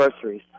groceries